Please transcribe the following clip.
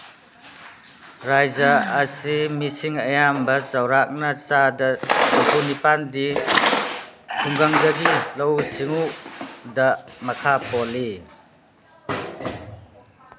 ꯔꯥꯏꯖ ꯑꯁꯤ ꯃꯤꯁꯤꯡ ꯑꯌꯥꯝꯕ ꯆꯧꯔꯥꯛꯅ ꯆꯥꯗ ꯍꯨꯝꯐꯨ ꯅꯤꯄꯥꯟꯗꯤ ꯈꯨꯡꯒꯪꯗꯒꯤ ꯂꯧꯎ ꯁꯤꯡꯎꯗ ꯃꯈꯥ ꯄꯣꯜꯂꯤ